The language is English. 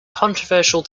controversial